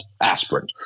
aspirin